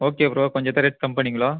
okay bro கொஞ்சத்தை rate கம்மி பண்ணுவீங்களா